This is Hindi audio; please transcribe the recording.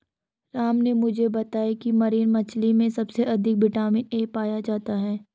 राम ने मुझे बताया की मरीन मछली में सबसे अधिक विटामिन ए पाया जाता है